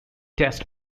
test